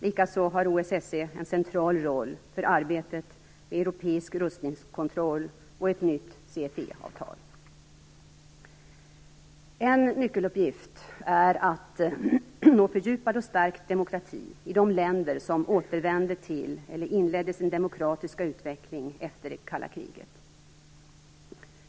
Likaså har OSSE en central roll för arbetet med europeisk rustningskontroll och ett nytt CFE-avtal. En nyckeluppgift är att nå fördjupad och stärkt demokrati i de länder som återvänder till eller inledde sin demokratiska utveckling efter det kalla kriget.